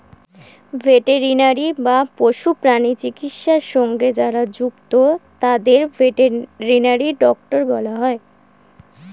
veterinary বা পশু প্রাণী চিকিৎসা সঙ্গে যারা যুক্ত তাদের ভেটেরিনারি ডক্টর বলা হয়